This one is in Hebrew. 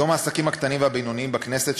יום העסקים הקטנים והבינוניים בכנסת,